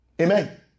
Amen